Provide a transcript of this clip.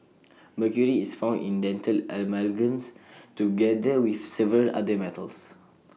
mercury is found in dental amalgams together with several other metals